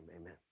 amen